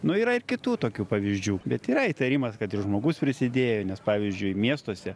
nu yra kitų tokių pavyzdžių bet yra įtarimas kad ir žmogus prisidėjo nes pavyzdžiui miestuose